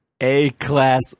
A-class